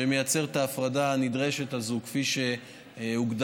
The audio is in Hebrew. שמייצר את ההפרדה הנדרשת הזאת כפי שהוגדר